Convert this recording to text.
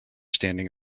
standing